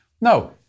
no